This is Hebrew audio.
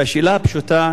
השאלה הפשוטה,